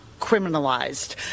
criminalized